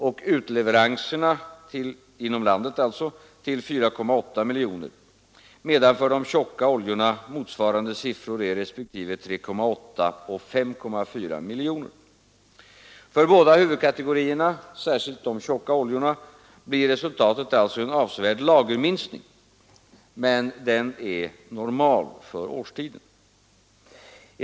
och utleveranserna till 4,8 miljoner, medan för de tjocka oljorna motsvarande siffror är respektive 3,8 och 5,4 miljoner. För båda huvudkategorierna, särskilt tjockoljorna, blir resultatet alltså en avsevärd lagerminskning, som dock är normal för årstiden.